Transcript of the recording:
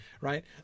right